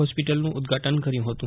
હોસ્પીટલનું ઉદઘાટન કર્યું હતું